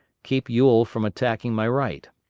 keep ewell from attacking my right.